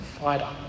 fighter